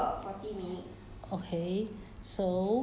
fifty per~ okay lah 差不多在那边 ah 不可以就算 liao lah